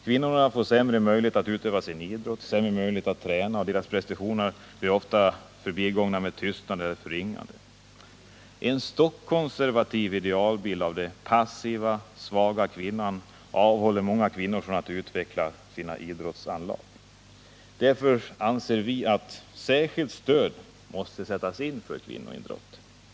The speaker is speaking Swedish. Kvinnorna får sämre möjligheter att utöva sin idrott, sämre möjligheter att träna och deras prestationer blir ofta förbigångna med tystnad eller förringade. En stockkonservativ idealbild av den passiva, svaga kvinnan avhåller många kvinnor från att utveckla sina idrottsanlag. Därför anser vi att särskilt stöd måste sättas in för kvinnoidrotten.